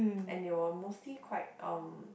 and they were mostly quite um